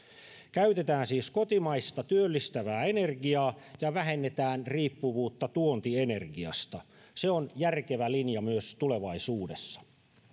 käytetään siis kotimaista työllistävää energiaa ja vähennetään riippuvuutta tuontienergiasta se on järkevä linja myös tulevaisuudessa